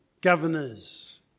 governors